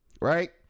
Right